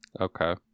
okay